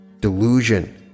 Delusion